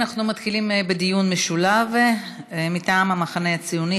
אנחנו מתחילים בדיון משולב מטעם המחנה הציוני.